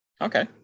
okay